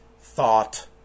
thought